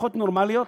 למשפחות נורמליות,